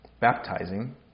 baptizing